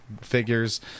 figures